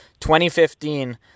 2015